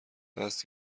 هست